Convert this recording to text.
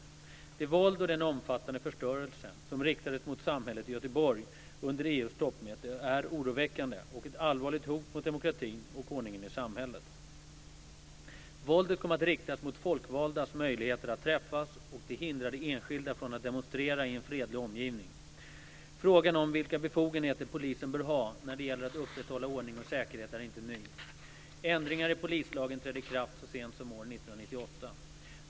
Det våld och den omfattande förstörelse som riktades mot samhället i Göteborg under EU:s toppmöte är oroväckande och ett allvarligt hot mot demokratin och ordningen i samhället. Våldet kom att riktas mot folkvaldas möjligheter att träffas, och det hindrade enskilda från att demonstrera i en fredlig omgivning. Frågan om vilka befogenheter polisen bör ha när det gäller att upprätthålla ordning och säkerhet är inte ny. Ändringar i polislagen trädde i kraft så sent som år 1998.